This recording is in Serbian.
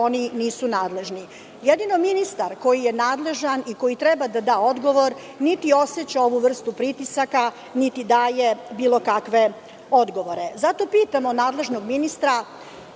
oni nisu nadležni. Jedino ministar koji je nadležan i koji treba da da odgovor niti oseća ovu vrstu pritisaka, niti daje bilo kakve odgovore. Zato pitamo nadležnog ministra,